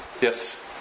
yes